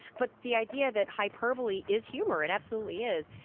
but the idea that hyperbole is humor, it absolutely is.